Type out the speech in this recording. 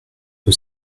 peu